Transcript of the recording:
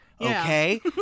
okay